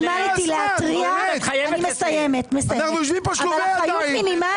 אנחנו יושבים פה שלובי ידיים,